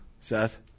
Seth